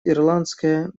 ирландское